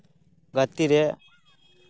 ᱜᱟᱛᱮᱜ ᱨᱮ